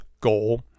goal